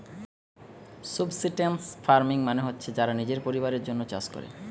subsistence farming মানে হচ্ছে যারা নিজের পরিবারের জন্যে চাষ কোরে